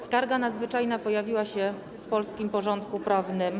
Skarga nadzwyczajna pojawiła się w polskim porządku prawnym.